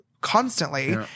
constantly